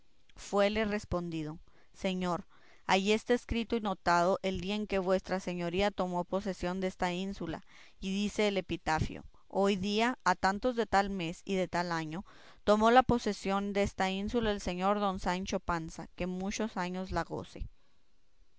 fuele respondido señor allí esta escrito y notado el día en que vuestra señoría tomó posesión desta ínsula y dice el epitafio hoy día a tantos de tal mes y de tal año tomó la posesión desta ínsula el señor don sancho panza que muchos años la goce